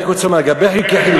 לגבי חלקי חילוף,